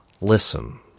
listen